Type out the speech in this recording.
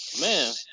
Man